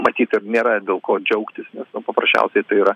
matyt ir nėra dėl ko džiaugtis nes paprasčiausiai tai yra